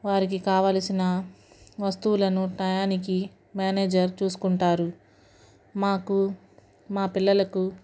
వారికి కావలసిన వస్తువులను టైంకి మేనేజర్ చూసుకుంటారు మాకు మా పిల్లలకు